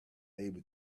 able